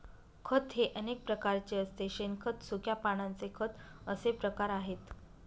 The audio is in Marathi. खत हे अनेक प्रकारचे असते शेणखत, सुक्या पानांचे खत असे प्रकार आहेत